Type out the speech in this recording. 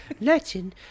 Latin